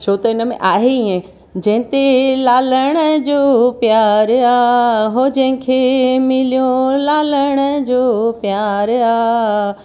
छो त इन में आहे ईअं